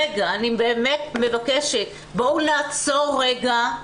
רגע, אני מבקשת: בואו נעצור רגע.